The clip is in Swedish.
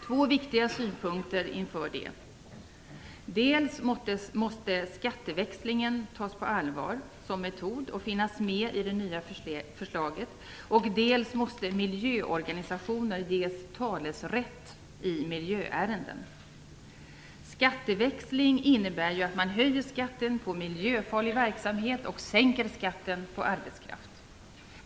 Två viktiga synpunkter inför detta är följande. Dels måste skatteväxlingen tas på allvar som metod och finnas med i det nya förslaget, dels måste miljöorganisationer ges talesrätt i miljöärenden. Skatteväxling innebär ju att man höjer skatten på miljöfarlig verksamhet och sänker skatten på arbetskraft.